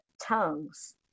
tongues